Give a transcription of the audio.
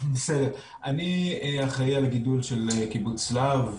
אחד לגנטיקה, אחד לרבייה וכן הלאה.